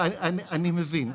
אני מבין.